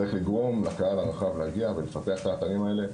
צריך לגרום לקהל הרחב להגיע ולפתח את האתרים האלה.